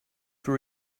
for